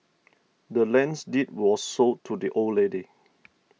the land's deed was sold to the old lady